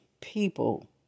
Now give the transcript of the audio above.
people